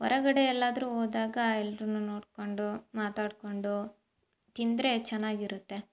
ಹೊರಗಡೆ ಎಲ್ಲಾದ್ರೂ ಹೋದಾಗ ಎಲ್ರನ್ನೂ ನೋಡಿಕೊಂಡು ಮಾತಾಡಿಕೊಂಡು ತಿಂದರೆ ಚೆನ್ನಾಗಿರುತ್ತೆ